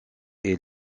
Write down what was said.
est